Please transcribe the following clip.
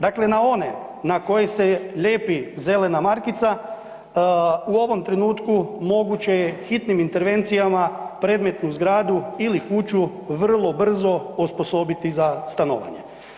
Dakle, na one na koje se lijepi zelena markica u ovom trenutku moguće je hitnim intervencijama predmetnu zgradu ili kuću vrlo brzo osposobiti za stanovanje.